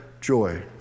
joy